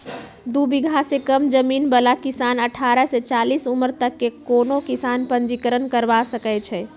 दू बिगहा से कम जमीन बला किसान अठारह से चालीस उमर तक के कोनो किसान पंजीकरण करबा सकै छइ